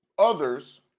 others